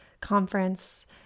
conference